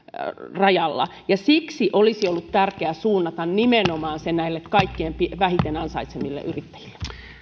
rajalla siksi olisi ollut tärkeää suunnata se nimenomaan näille kaikkein vähiten ansaitseville yrittäjille